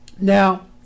now